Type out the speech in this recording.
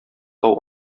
тау